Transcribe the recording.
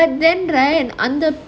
but then right under